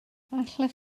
allwch